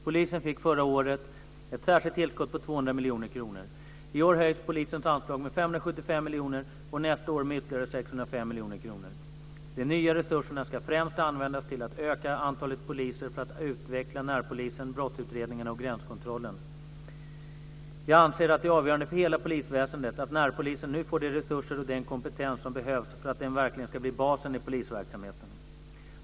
Polisen fick förra året ett särskilt tillskott på 200 miljoner kronor. I år höjs polisens anslag med 575 miljoner och nästa år med ytterligare De nya resurserna ska främst användas till att öka antalet poliser för att utveckla närpolisen, brottsutredningarna och gränskontrollen. Jag anser att det är avgörande för hela polisväsendet att närpolisen nu får de resurser och den kompetens som behövs för att den verkligen ska bli basen i polisverksamheten.